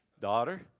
Daughter